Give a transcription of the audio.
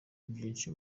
byinshi